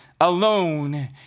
alone